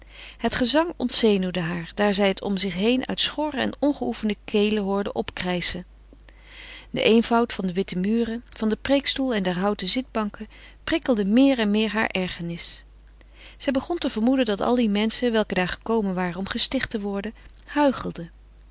het gezang ontzenuwde haar daar zij het om zich heen uit schorre en ongeoefende kelen hoorde op krijschen de eenvoud van de witte muren van den preêkstoel en der houten zitbanken prikkelde meer en meer hare ergernis zij begon te vermoeden dat al die menschen welke daar gekomen waren om gesticht te worden huichelden